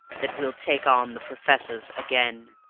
that we'll take on the professors again!